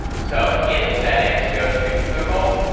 so in the settings go to google,